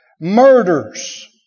murders